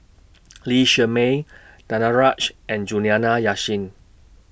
Lee Shermay Danaraj and Juliana Yasin